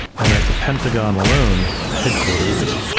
and at the pentagon alone, headquarters,